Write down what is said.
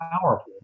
powerful